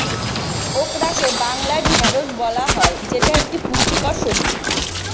ওকরাকে বাংলায় ঢ্যাঁড়স বলা হয় যেটা একটি পুষ্টিকর সবজি